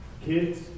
Kids